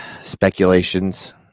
speculations